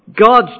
God's